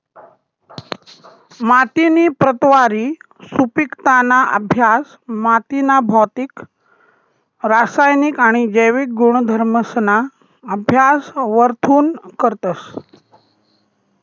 मातीनी प्रतवारी, सुपिकताना अभ्यास मातीना भौतिक, रासायनिक आणि जैविक गुणधर्मसना अभ्यास वरथून करतस